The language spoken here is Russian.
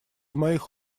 моих